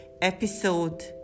episode